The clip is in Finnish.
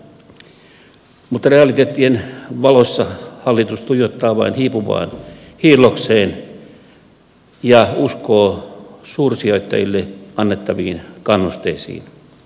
mutta realiteettien valossa hallitus tuijottaa vain hiipuvaan hillokseen ja uskoo suursijoittajille annettaviin kannusteisiin